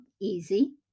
easy